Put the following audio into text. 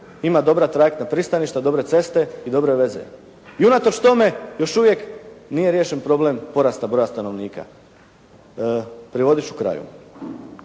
ima dobra trajektna pristaništa, dobre ceste i dobre veze. I unatoč tome još uvijek nije riješen problem porasta broja stanovnika. Privodit ću kraju.